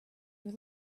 your